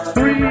Three